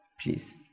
please